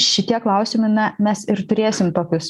šitie klausimai na mes ir turėsim tokius